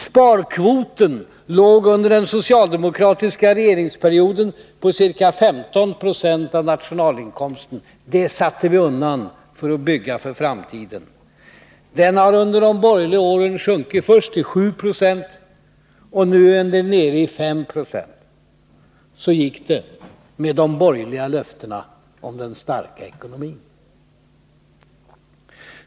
Sparkvoten låg under den socialdemokratiska regeringsperioden på ca 15 96 av nationalinkomsten. Detta satte vi undan för att bygga för framtiden. Sparkvoten har under de borgerliga åren sjunkit först till 7 26 och är nu nere i 5 Zo. Så gick det med de borgerliga löftena om den starka ekonomin.